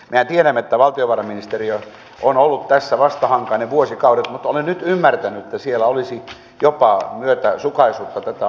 mehän tiedämme että valtiovarainministeriö on ollut tässä vastahankainen vuosikaudet mutta olen nyt ymmärtänyt että siellä olisi jopa myötäsukaisuutta tätä asiaa kohtaan